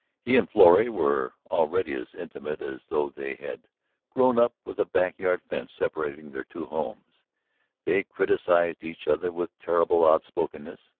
he and florrie were already as intimate as though they had grown up with a back-yard fence separating their two homes they criticised each other with terrible outspokenness,